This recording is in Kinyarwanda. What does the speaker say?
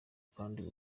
kandi